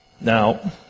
Now